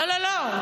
לא לא לא.